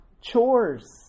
Chores